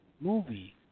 movie